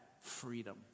freedom